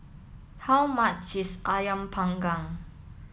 how much is Ayam panggang